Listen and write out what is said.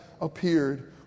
appeared